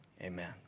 amen